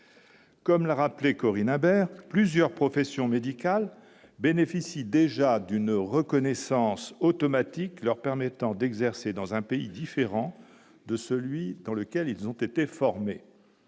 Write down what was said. comme l'a rappelé Corinne Imbert plusieurs professions médicales bénéficient déjà d'une reconnaissance automatique leur permettant d'exercer dans un pays différent de celui dans lequel ils ont été formés,